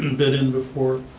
and been in before.